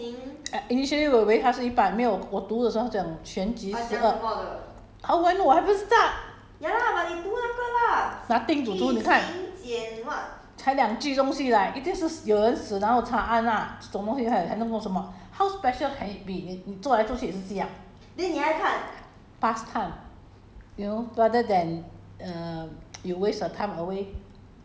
因为只有十二集而已 leh mm eh initially 我以为它是一半没有我读的时候它讲全集十二 how would I know 我还不是 start nothing to 读你看才两句东西 lah 一定是死有人死然后查案 lah 什么东西可以还能做什么 how special can it be 你你做来做去也是这样 pass time